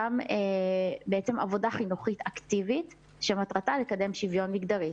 גם עבודה חינוכית אקטיבית שמטרתה לקדם שוויון מגדרי.